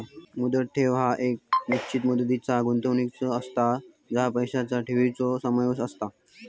मुदत ठेव ह्या एक निश्चित मुदतीचा गुंतवणूक असता ज्यात पैशांचा ठेवीचो समावेश असता